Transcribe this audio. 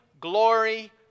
glory